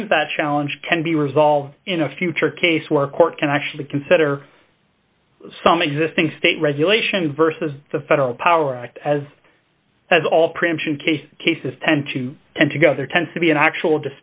brings that challenge can be resolved in a future case where a court can actually consider some existing state regulation versus the federal power act as has all preemption case cases tend to tend to go there tends to be an actual